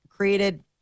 Created